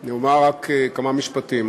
אני אומר רק כמה משפטים.